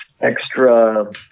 extra